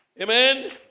Amen